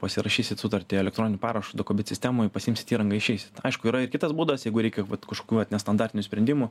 pasirašysit sutartį elektroniniu parašu dokobit sistemoj pasiimsit įrangą išeisit aišku yra ir kitas būdas jeigu reikia vat kažkokių vat nestandartinių sprendimų